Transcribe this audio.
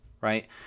right